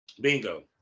Bingo